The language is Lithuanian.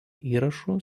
įrašų